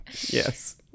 Yes